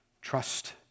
trust